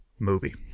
Movie